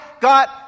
got